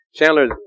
Chandler